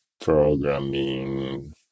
programming